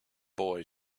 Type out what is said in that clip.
boy